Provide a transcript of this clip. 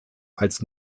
als